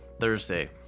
Thursday